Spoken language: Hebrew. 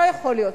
לא יכול להיות,